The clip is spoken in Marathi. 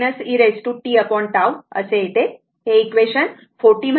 हे इक्वेशन 40म्हणा